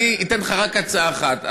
אני אתן לך רק הצעה אחת,